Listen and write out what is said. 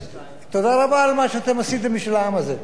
תודה רבה על מה שאתם עשיתם בשביל העם הזה.